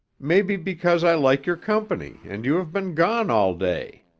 maybe because i like your company and you have been gone all day.